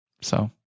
So-